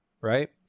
right